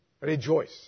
Rejoice